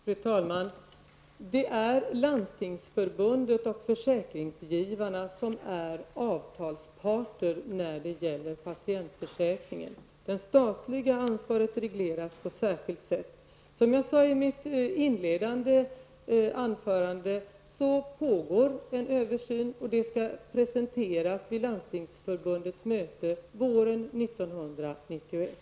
Fru talman! Det är Landstingsförbundet och försäkringsgivarna som är avtalsparter när det gäller patientförsäkringen. Det statliga ansvaret regleras på särskilt sätt. Som jag sade i mitt inledande anförande pågår en översyn, och den skall presenteras vid Landstingsförbundets möte våren 1991.